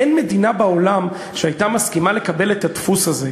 אין מדינה בעולם שהייתה מסכימה לקבל את הדפוס הזה,